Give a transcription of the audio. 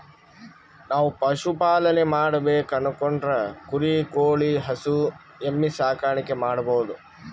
ನಾವ್ ಪಶುಪಾಲನೆ ಮಾಡ್ಬೇಕು ಅನ್ಕೊಂಡ್ರ ಕುರಿ ಕೋಳಿ ಹಸು ಎಮ್ಮಿ ಸಾಕಾಣಿಕೆ ಮಾಡಬಹುದ್